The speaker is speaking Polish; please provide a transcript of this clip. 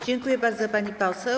Dziękuję bardzo, pani poseł.